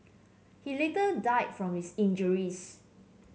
he later died from his injuries